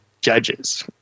judges